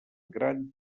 gran